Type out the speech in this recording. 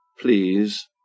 Please